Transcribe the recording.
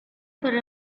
for